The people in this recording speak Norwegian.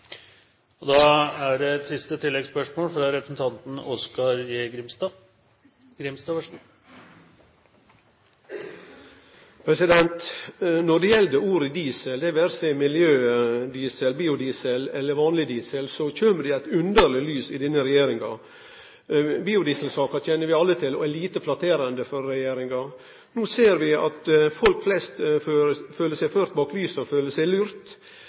Når det gjeld diesel, det vere seg miljødiesel, biodiesel eller vanleg diesel, kjem det i eit underleg lys i denne regjeringa. Biodieselsaka kjenner vi alle til, og ho er lite flatterande for regjeringa. No ser vi at folk flest føler seg førte bak